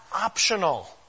optional